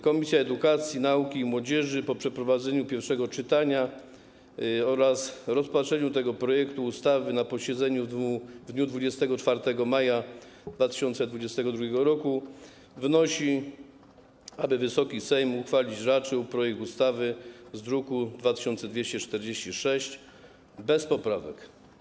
Komisja Edukacji, Nauki i Młodzieży po przeprowadzeniu pierwszego czytania oraz rozpatrzeniu tego projektu ustawy na posiedzeniu w dniu 24 maja 2022 r. wnosi, aby Wysoki Sejm uchwalić raczył projekt ustawy z druku nr 2246 bez poprawek.